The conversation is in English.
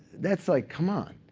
that's like, come on.